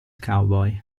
cowboy